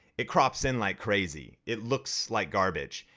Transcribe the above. it crops in like crazy, it looks like garbage,